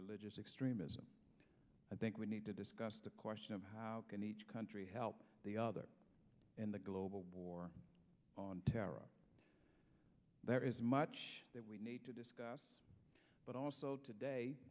religious extremism i think we need to discuss the question of how can each country help the other in the global war on terror there is much that we need to discuss but also today